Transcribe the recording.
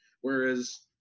Whereas